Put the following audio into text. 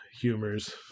humors